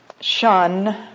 Shun